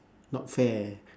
not fair